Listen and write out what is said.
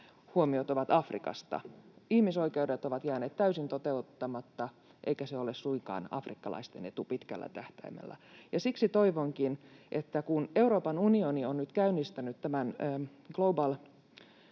huomiot ovat Afrikasta. Ihmisoikeudet ovat jääneet täysin toteuttamatta, eikä se ole suinkaan afrikkalaisten etu pitkällä tähtäimellä. Siksi toivonkin, että kun Euroopan unioni on nyt käynnistänyt tämän Global